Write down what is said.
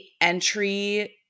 entry